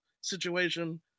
situation